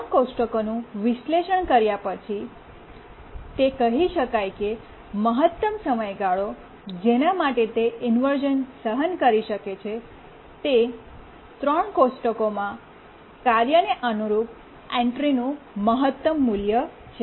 3 કોષ્ટકોનું વિશ્લેષણ કર્યા પછી તે કહી શકાય કે મહત્તમ સમયગાળો જેના માટે તે ઇન્વર્શ઼ન સહન કરી શકે છે તે 3 કોષ્ટકોમાં કાર્યને અનુરૂપ એન્ટ્રીનું મહત્તમ મૂલ્ય છે